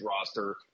roster